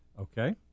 Okay